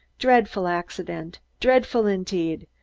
dreadful accident, dreadful indeed,